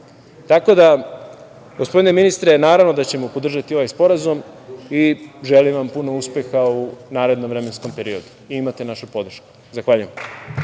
časa. Gospodine ministre, naravno da ćemo podržati ovaj sporazum, želim vam puno uspeha u narednom vremenskom periodu i imate našu podršku. Zahvaljujem.